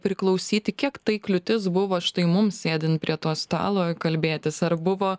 priklausyti kiek tai kliūtis buvo štai mum sėdint prie to stalo kalbėtis ar buvo